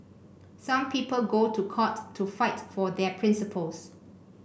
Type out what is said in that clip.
some people go to court to fight for their principles